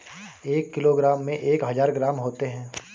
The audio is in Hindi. एक किलोग्राम में एक हजार ग्राम होते हैं